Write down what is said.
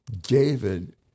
David